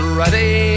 ready